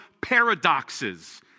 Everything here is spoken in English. paradoxes